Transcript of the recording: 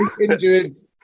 Injuries